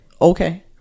Okay